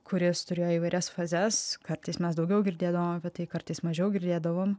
kuris turėjo įvairias fazes kartais mes daugiau girdėdavom apie tai kartais mažiau girdėdavom